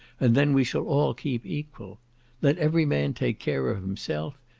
and then we shall all keep equal let every man take care of himself,